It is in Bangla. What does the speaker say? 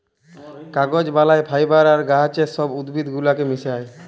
কাগজ বালায় ফাইবার আর গাহাচের ছব উদ্ভিদ গুলাকে মিশাঁয়